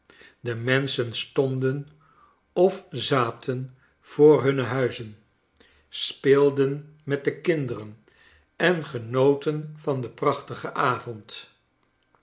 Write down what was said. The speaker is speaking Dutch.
de menschen stonden of zaten voor hunne huizen speeldenj met de kinderen en genoten van den prachtigen avond